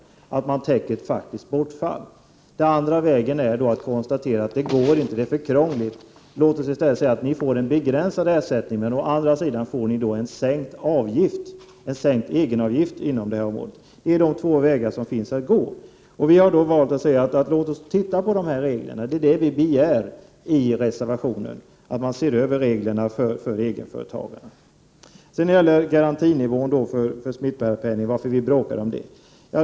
Det handlar alltså om att täcka in ett faktiskt bortfall. Eller också måste man erkänna att det här är för krångligt. Men varför då inte tillåta en begränsad ersättning? I stället kunde egenavgiften sänkas. Vi tycker att reglerna för egenföretagarna måste ses över, och det är också vad vi begär i reservationen. Så något om garantinivån för smittbärarpenning och om anledningen till att vi bråkar om denna.